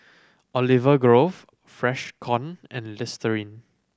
Olive Grove Freshkon and Listerine